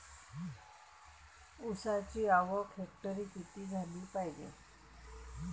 ऊसाची आवक हेक्टरी किती झाली पायजे?